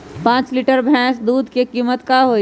पाँच लीटर भेस दूध के कीमत का होई?